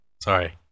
Sorry